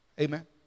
Amen